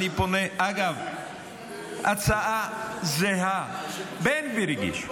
אגב, הצעה זהה בן גביר הגיש,